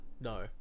no